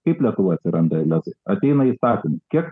kaip lietuvoj atsiranda lezai ateina įstatymų kiek